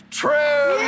true